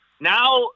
now